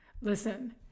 Listen